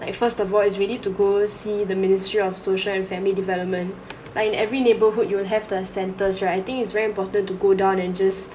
is first of all is ready to go see the ministry of social and family development like in every neighborhood you will have the centers right I think it's very important to go down and just